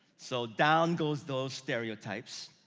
so down goes those stereotypes.